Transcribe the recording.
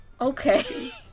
Okay